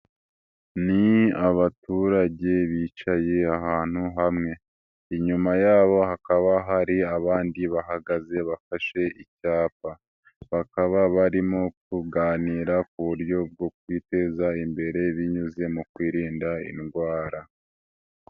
Ni abaturage bicaye ahantu hamwe, inyuma yabo hakaba hari abandi bahagaze bafashe icyapa, bakaba barimo kuganira ku buryo bwo kwiteza imbere binyuze mu kwirinda indwara.